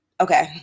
Okay